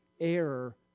error